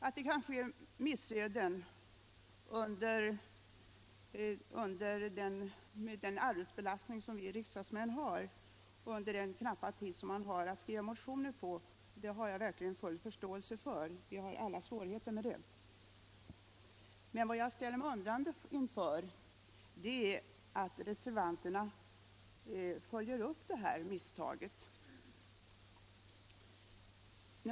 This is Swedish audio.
Att det kan ske missöden har jag — med tanke på den arbetsbelastning som vi riksdagsmän har och — den knappa tid som står till förfogande för att skriva motioner — verkligen full förståelse för; vi har alla svårigheter därvidlag. Men vad jag ställer mig undrande inför är att reservanterna följer upp det här misstaget.